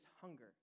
hunger